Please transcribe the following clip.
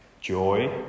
joy